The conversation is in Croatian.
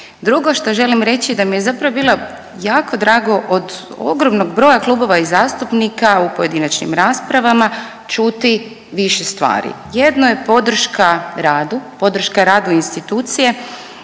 Drugo što želim reći da mi je zapravo bilo jako drago od ogromnog broja klubova i zastupnika u pojedinačnim raspravama čuti više stvari. Jedno je podrška radu, podrška radu institucije